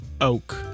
Oak